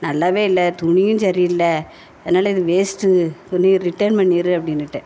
நல்லாவே இல்லை துணியும் சரி இல்லை அதனால இது வேஸ்ட்டு துணியை ரிட்டர்ன் பண்ணிடு அப்படின்னுட்டேன்